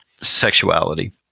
sexuality